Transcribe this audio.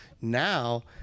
Now